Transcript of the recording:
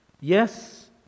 Yes